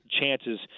chances